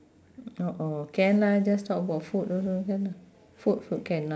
orh orh can lah just talk about food also can ah food food can lah